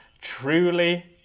truly